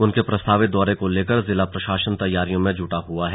उनके प्रस्तावित दौरे को लेकर जिला प्रशासन तैयारियों में जुटा हुआ है